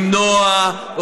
למנוע,